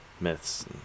myths